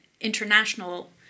international